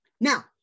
Now